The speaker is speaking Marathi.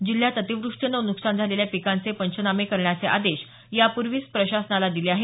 जिल्ह्यात अतिवृष्टीनं नुकसान झालेल्या पिकांचे पंचनामे करण्याचे आदेश यापूर्वीच प्रशासनाला दिले आहे